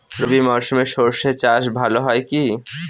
রবি মরশুমে সর্ষে চাস ভালো হয় কি?